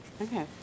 Okay